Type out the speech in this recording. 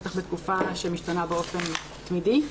בטח בתקופה שמשתנה באופן תמידי,